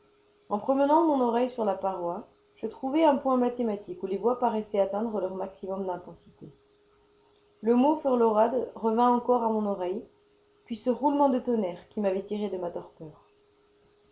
en promenant mon oreille sur la paroi je trouvai un point mathématique où les voix paraissaient atteindre leur maximum d'intensité le mot frlorad revînt encore à mon oreille puis ce roulement de tonnerre qui m'avait tiré de ma torpeur